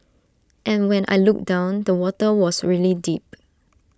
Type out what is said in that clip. and when I looked down the water was really deep